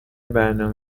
برنامه